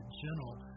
gentle